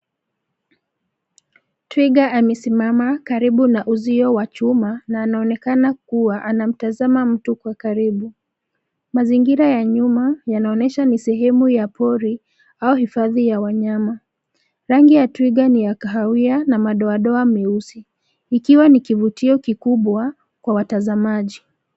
Twiga amesimama karibu na uzio wa chuma na anaonekana kuwa anamtazama mtu kwa karibu. Mazingira ya nyuma yanaonyesha ni sehemu ya pori, au hifadhi ya wanyama. Rangi ya twiga ni ya kahawia na madoadoa meusi, ikiwa ni kivutio kikubwa kwa watazamaji.